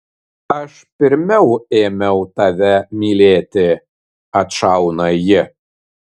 aš pirmiau ėmiau tave mylėti atšauna ji